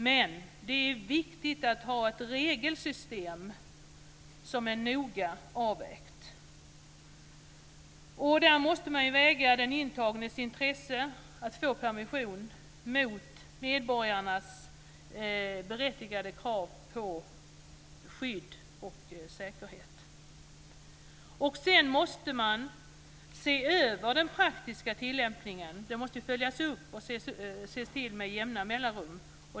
Men det är viktigt att ha ett regelsystem som är noga avvägt. Den intagnes intresse av att få permission måste vägas mot medborgarnas berättigade krav på skydd och säkerhet. Sedan måste man se över den praktiska tillämpningen. Den bör följas upp med jämna mellanrum.